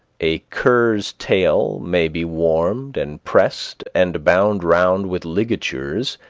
a cur's tail may be warmed, and pressed, and bound round with ligatures,